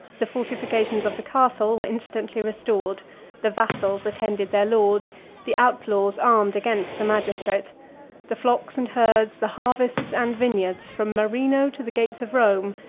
the fortifications of the castle were instantly restored the vassals attended their lord the outlaws armed against the magistrate the flocks and herds, the harvests and vineyards, from marino to the gates of rome,